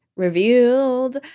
revealed